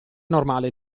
normale